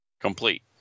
Complete